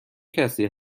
کسی